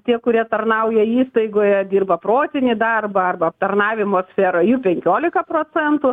tie kurie tarnauja įstaigoje dirba protinį darbą arba aptarnavimo sferoj jų penkiolika procentų